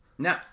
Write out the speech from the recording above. No